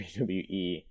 WWE